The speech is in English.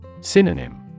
Synonym